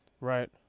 Right